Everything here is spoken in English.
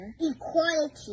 Equality